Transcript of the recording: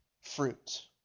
fruit